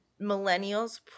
millennials